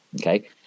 okay